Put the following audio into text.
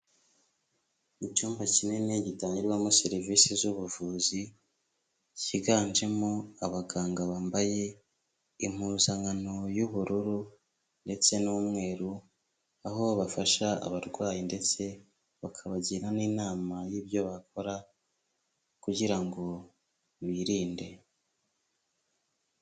Icyumba kinini gitangirwamo serivisi z'ubuvuzi, cyiganjemo abaganga bambaye impuzankano y'ubururu ndetse n'umweru, aho bafasha abarwayi ndetse bakabagira n'inama y'ibyo bakora kugira ngo birinde.